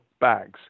bags